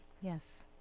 Yes